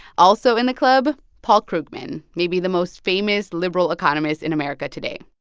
also in the club, paul krugman, maybe the most famous liberal economist in america today.